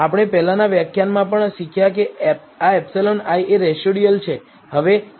આપણે પહેલાનાં વ્યાખ્યાનમાં પણ શીખ્યા કે આ εi એ રેસિડયુઅલ છે